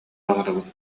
баҕарабын